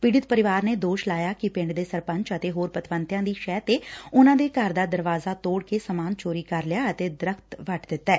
ਪੀੜਤ ਪਰਿਵਾਰ ਨੇ ਦੋਸ਼ ਲਾਇਆ ਕਿ ਪਿੰਡ ਦੇ ਸਰਪੰਚ ਅਤੇ ਹੋਰ ਪਤਵੰਤਿਆਂ ਦੀ ਸ਼ਹਿ ਤੇ ਉਨਾਂ ਦੇ ਘਰ ਦਾ ਦਰਵਾਜਾਂ ਤੋੜ ਕੇ ਸਮਾਨ ਚੋਰੀ ਕਰ ਲਿਆ ਅਤੇ ਦਰਖ਼ਤ ਵੱਢ ਦਿੱਤੈ